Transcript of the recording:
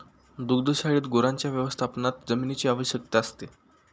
दुग्धशाळेत गुरांच्या व्यवस्थापनात जमिनीची आवश्यकता असते